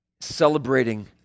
celebrating